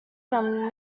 from